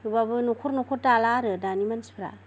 थेवब्लाबो न'खर न'खर दाला आरो दानि मानसिफ्रा